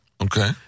Okay